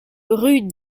rue